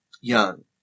Young